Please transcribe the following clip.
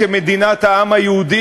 כמדינת העם היהודי,